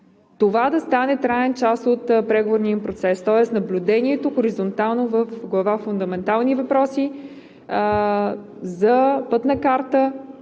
това да стане трайна част от преговорния им процес, тоест наблюдението хоризонтално в Глава „Фундаментални въпроси“ за пътна карта,